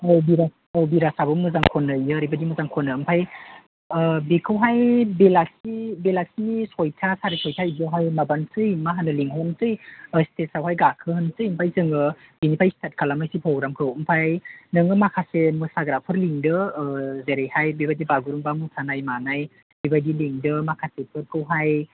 ए बिराज बिजारआ मोजां खनो बियो ओरैबायदि मोजां खनो ओमफ्राय बेखौहाय बेलासि बेलासिनि सयता सारे सयता बिदियावहाय माबानोसै मा होनो लिंहरनोसै स्टेजावहाय गाखोहोनोसै ओमफ्राय जोङो स्टार्ट खालामनोसै प्रग्रामखौ ओमफ्राय नोङो माखासे मोसाग्राफोर लिंदो जेरैहाय बेबायदि बागुरुम्बा मोसानाय मानाय बेबायदि लेंदो माखासेफोरखौहाय